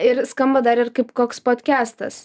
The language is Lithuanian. ir skamba dar ir kaip koks potkestas